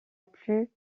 plus